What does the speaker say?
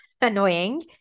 annoying